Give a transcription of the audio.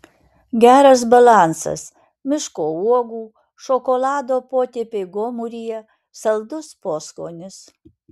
geras balansas miško uogų šokolado potėpiai gomuryje saldus poskonis